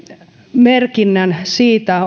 merkinnän siitä